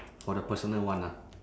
for the personal one ah